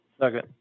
Second